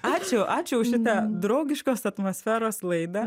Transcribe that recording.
ačiū ačiū už šitą draugiškos atmosferos laidą